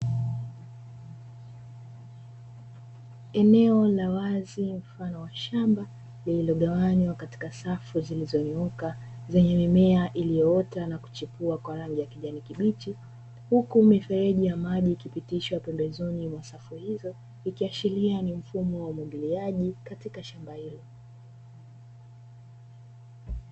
Eneo la wazi mfano wa shamba lililogawanywa katika safu zilizonyooka zenye mimea iliyoota na kuchipua kwa rangi ya kijani kibichi, huku mifereji ya maji ikipitishwa pembezoni mwa safu hizo ikiashiria ni mfumo wa umwagiliaji katika shamba hilo.